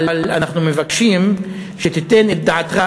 אבל אנחנו מבקשים שתיתן את דעתך,